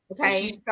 Okay